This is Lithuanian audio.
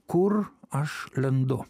kur aš lendu